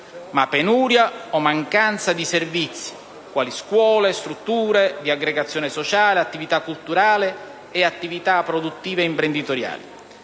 ma penuria e mancanza di servizi, quali scuola, strutture di aggregazione sociale, attività culturali e attività produttive e imprenditoriali.